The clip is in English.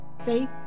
faith